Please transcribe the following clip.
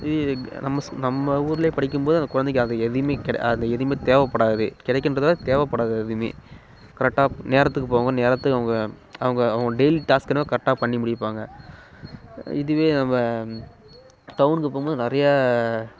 இது இது நம்ம ஸ்கூ நம்ம ஊரிலேயே படிக்கும் போது அந்த குழந்தைங்க அது எதுவுமே கெட அது எதுவுமே தேவைப்படாது கிடைக்குன்றத விட தேவைப்படாது அது எதுவுமே கரெக்டான நேரத்துக்கு போவாங்க நேரத்துக்கு அவங்க அவங்க அவங்க டெய்லி டாஸ்க் என்னவோ கரெக்டா பண்ணி முடிப்பாங்க இதுவே நம்ப டவுனுக்கு போகும்போது நிறையா